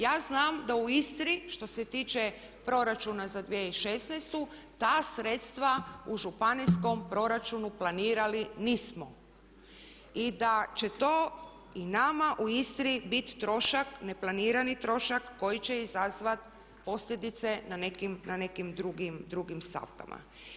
Ja znam da u Istri što se tiče proračuna za 2016. ta sredstva u županijskom proračunu planirali nismo i da će to i nama u Istri biti trošak, neplanirani trošak koji će izazvati posljedice na nekim drugim stavkama.